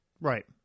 Right